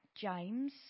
James